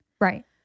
Right